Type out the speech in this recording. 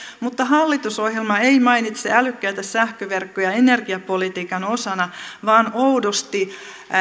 mutta hallitusohjelma ei mainitse älykkäitä sähköverkkoja energiapolitiikan osana vaan oudosti